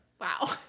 wow